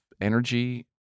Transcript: energy